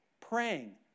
praying